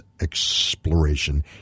exploration